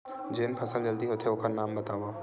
जेन फसल जल्दी होथे ओखर नाम बतावव?